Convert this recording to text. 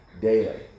daily